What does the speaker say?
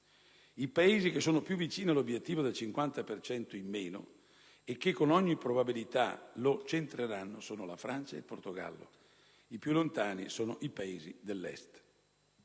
I Paesi che sono più vicini all'obiettivo del 50 per cento in meno e che con ogni probabilità lo centreranno sono la Francia e il Portogallo; i più lontani sono i Paesi dell'Est.